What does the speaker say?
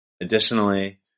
Additionally